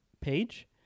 page